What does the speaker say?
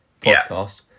podcast